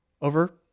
over